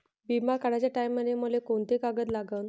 बिमा काढाचे टायमाले मले कोंते कागद लागन?